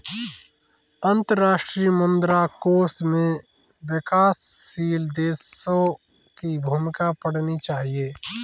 अंतर्राष्ट्रीय मुद्रा कोष में विकासशील देशों की भूमिका पढ़नी चाहिए